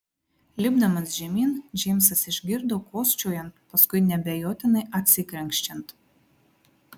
lipdamas žemyn džeimsas išgirdo kosčiojant paskui neabejotinai atsikrenkščiant